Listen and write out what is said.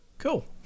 Cool